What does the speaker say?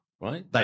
right